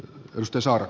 pystysuora